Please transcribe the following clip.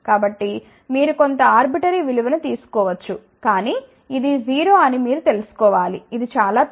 కాబట్టి మీరు కొంత ఆర్బిటరీ విలువ ను తీసుకోవచ్చు కానీ ఇది 0 అని మీరు తెలుసుకోవాలి ఇది చాలా పెద్దది